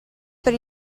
per